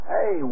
Hey